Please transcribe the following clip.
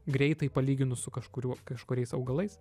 greitai palyginus su kažkuriuo kažkuriais augalais